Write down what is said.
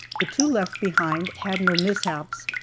the two left behind had no mishaps,